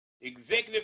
Executive